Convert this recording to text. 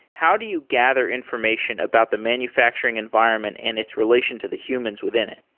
how do you gather information about the manufacturing environment and its relation to the humans within it?